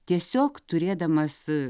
tiesiog turėdamas